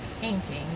painting